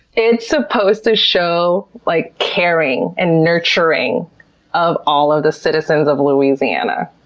it's supposed to show, like, caring and nurturing of all of the citizens of louisiana.